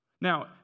Now